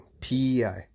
PEI